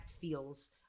feels